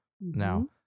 Now